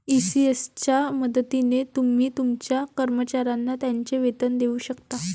ECS च्या मदतीने तुम्ही तुमच्या कर्मचाऱ्यांना त्यांचे वेतन देऊ शकता